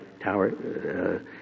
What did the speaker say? tower